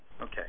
okay